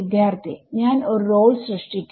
വിദ്യാർത്ഥി ഞാൻ ഒരു റോൾ സൃഷ്ടിക്കും